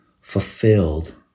fulfilled